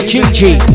Gigi